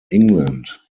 england